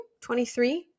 23